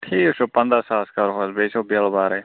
ٹھیٖک چھُ پَنٛداہ ساس کَرٕہوس بیٚیہِ چھو بِل بھرٕنۍ